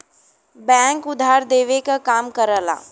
bank उधार देवे क काम करला